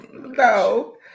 No